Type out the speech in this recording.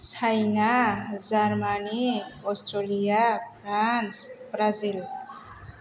China Germany Australia France Brazil